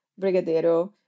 brigadeiro